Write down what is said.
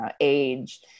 age